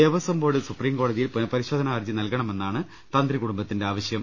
Devaswom board supreme കോടതിയിൽ പുനഃപരിശോധനാ ഹർജി നൽകണമെന്നാണ് തന്ത്രികുടുംബത്തിന്റെ ആവശ്യം